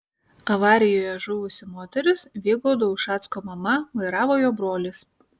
avarijoje žuvusi moteris vygaudo ušacko mama vairavo jo brolis